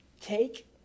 Take